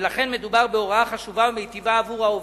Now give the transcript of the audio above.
ולכן מדובר בהוראה חשובה ומיטיבה עבור העובדים,